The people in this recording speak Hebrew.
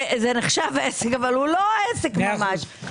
זה נחשב עסק, אבל הוא לא עסק ממש.